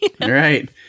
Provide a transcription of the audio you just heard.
Right